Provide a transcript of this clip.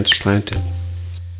transplanted